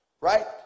Right